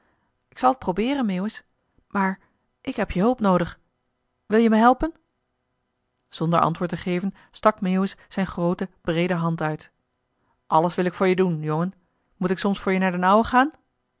k zal t probeeren meeuwis maar ik heb je hulp noodig wil-je me helpen zonder antwoord te geven stak meeuwis zijn groote breede hand uit alles wil ik voor je doen jongen moet ik soms voor je naar d'n ouwe gaan